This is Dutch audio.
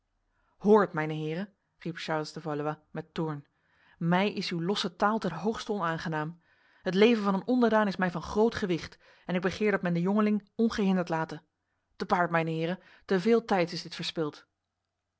hoort mijne heren riep charles de valois met toorn mij is uw losse taal ten hoogste onaangenaam het leven van een onderdaan is mij van groot gewicht en ik begeer dat men de jongeling ongehinderd late te paard mijne heren te veel tijds is dit verspild